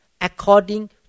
according